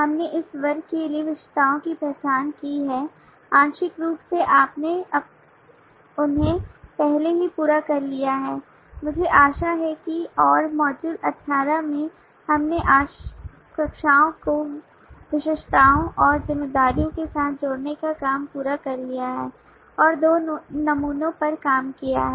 हमने इस वर्गों के लिए विशेषताओं की पहचान की है आंशिक रूप से आपने उन्हें पहले ही पूरा कर लिया है मुझे आशा है कि और मॉड्यूल 18 में हमने कक्षाओं को विशेषताओं और जिम्मेदारियों के साथ जोड़ने का काम पूरा कर लिया है और दो नमूनों पर काम किया है